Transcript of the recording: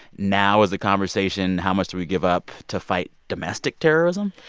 now is the conversation how much do we give up to fight domestic terrorism?